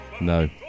No